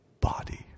body